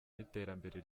n’iterambere